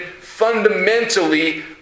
fundamentally